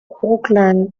oakland